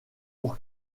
pour